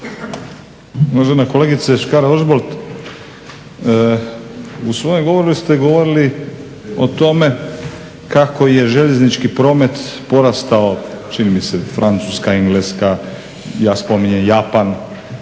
u svojem govoru ste govorili o tome kako je željeznički promet porastao čini mi se Francuska, Engleska, ja spominjem Japan